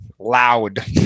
loud